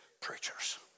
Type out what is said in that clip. preachers